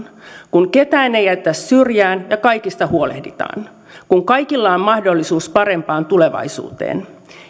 kun ketään ei jätetä syrjään ja kaikista huolehditaan kun kaikilla on mahdollisuus parempaan tulevaisuuteen